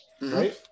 right